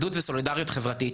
אחדות וסולידריות חברתית,